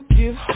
give